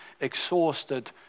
exhausted